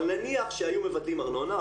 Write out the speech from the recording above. אבל נניח שהיו מוותרים ארנונה,